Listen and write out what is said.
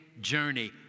journey